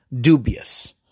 dubious